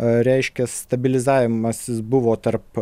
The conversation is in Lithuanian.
reiškia stabilizavimasis buvo tarp